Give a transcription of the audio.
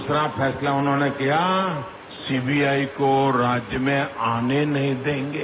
दूसरा फैसला उन्होंने किया सीबीआई को राज्य में आने नहीं देंगे